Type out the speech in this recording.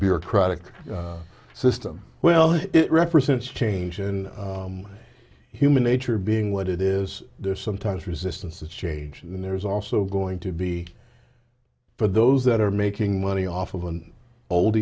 bureaucratic system well it represents change and human nature being what it is there sometimes resistance to change and there is also going to be for those that are making money off of an old